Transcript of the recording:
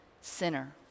sinner